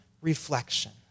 reflection